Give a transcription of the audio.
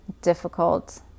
difficult